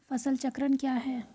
फसल चक्रण क्या है?